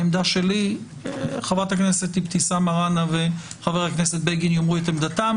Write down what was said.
העמדה שלי חברת הכנסת אבתיסאם מראענה וחבר הכנסת בגין יאמרו את עמדתם,